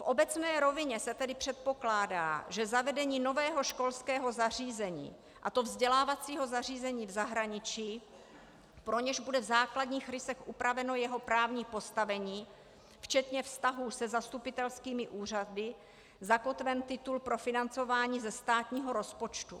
V obecné rovině se tedy předpokládá, že zavedení nového školského zařízení, a to vzdělávacího zařízení v zahraničí, pro něž bude v základních rysech upraveno jeho právní postavení, včetně vztahů se zastupitelskými úřady, a zakotven titul pro financování ze státního rozpočtu.